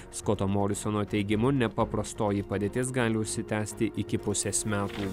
skoto morisono teigimu nepaprastoji padėtis gali užsitęsti iki pusės metų